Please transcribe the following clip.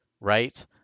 right